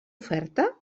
oferta